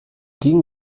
ging